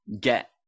get